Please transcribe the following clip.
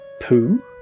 Poo